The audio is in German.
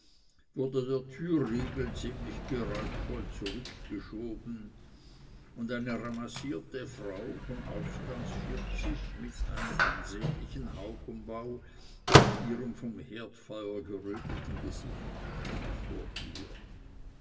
wurde der türriegel ziemlich geräuschvoll zurückgeschoben und eine ramassierte frau von ausgangs vierzig mit einem ansehnlichen haubenbau auf ihrem vom herdfeuer geröteten gesicht stand vor ihr